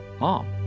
mom